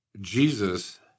Jesus